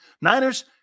Niners